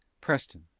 Preston